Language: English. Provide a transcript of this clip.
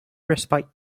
respite